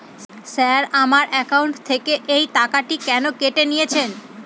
Sir আমার account থেকে এই টাকাটি কেন কেটে নিয়েছেন?